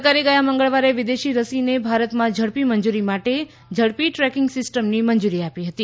સરકારે ગયા મંગળવારે વિદેશી રસીને ભારતમાં ઝડપી મંજુરી માટે ઝડપી ટ્રેકિંગ સિસ્ટમને મંજૂરી આપી હતી